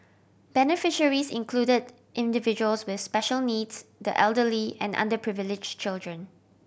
beneficiaries included individuals with special needs the elderly and underprivilege children